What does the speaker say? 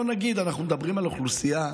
בואו נגיד: אנחנו מדברים על אוכלוסייה,